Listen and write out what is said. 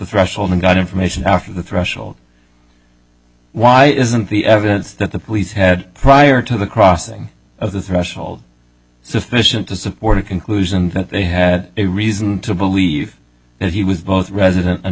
threshold and got information after the threshold why isn't the evidence that the police had prior to the crossing of the threshold sufficient to support a conclusion that they had a reason to believe that he was both resident